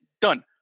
Done